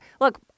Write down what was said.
look